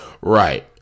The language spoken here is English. Right